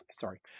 Sorry